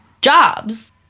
jobs